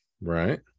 right